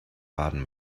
baden